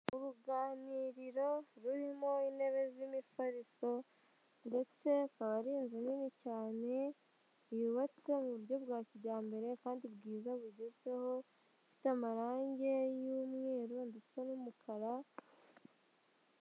Uruganiriro rurimo intebe z'imifariso ndetse akaba ari inzu nini cyane yubatse mu buryo bwa kijyambere kandi bwiza bugezweho ifite amarangi y'umweru ndetse n'umukara .